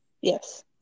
yes